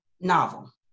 novel